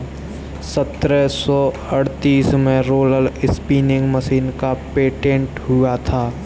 सत्रह सौ अड़तीस में रोलर स्पीनिंग मशीन का पेटेंट हुआ था